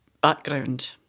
background